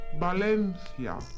Valencia